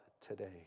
today